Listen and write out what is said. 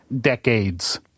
decades